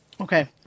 Okay